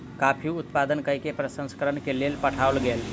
coffee उत्पादन कय के प्रसंस्करण के लेल पठाओल गेल